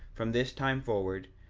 from this time forward,